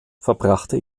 verbrachte